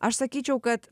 aš sakyčiau kad